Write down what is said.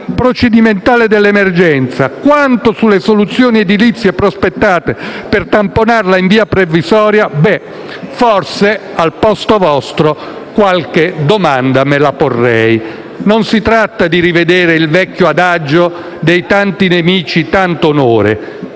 procedimentale dell'emergenza quanto sulle soluzioni edilizie prospettate per tamponarla in via provvisoria, forse, al posto vostro, qualche domanda me la porrei. Non si tratta di rinverdire il vecchio adagio dei «tanti nemici, tanto onore»;